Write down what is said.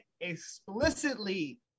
explicitly